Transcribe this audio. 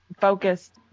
focused